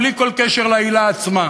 בלי כל קשר לעילה עצמה.